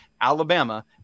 Alabama